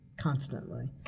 constantly